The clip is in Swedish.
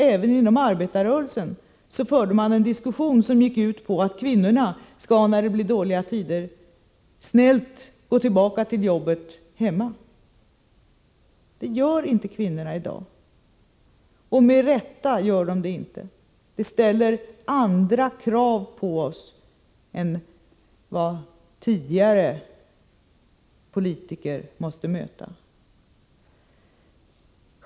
Även inom arbetarrörelsen förde man en diskussion som gick ut på att kvinnorna när det blev dåliga tider snällt skulle gå tillbaka till jobbet hemma. Kvinnorna gör inte detta i dag, och det med rätta. De ställer andra krav på oss än vad tidigare politiker måste möta.